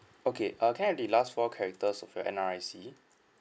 okay uh can I have the last four characters of your N_R_I_C